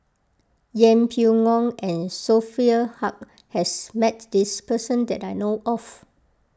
Yeng Pway Ngon and Sophia Hull has met this person that I know of